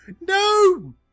No